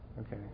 Okay